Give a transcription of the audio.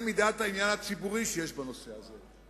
מידת העניין הציבורי שיש בנושא הזה.